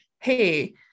hey